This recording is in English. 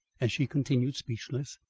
as she continued speechless.